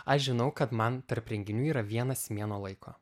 aš žinau kad man tarp renginių yra vienas mėnuo laiko